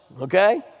okay